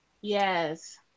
Yes